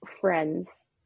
friends